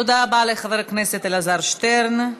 תודה רבה לחבר הכנסת אלעזר שטרן.